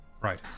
Right